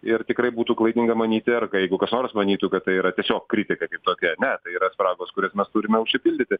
ir tikrai būtų klaidinga manyti ar jeigu kas nors manytų kad tai yra tiesiog kritika kaip tokia ne tai yra spragos kurias mes turime užsipildyti